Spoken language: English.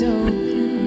open